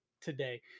today